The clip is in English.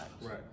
Right